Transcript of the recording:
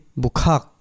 bukak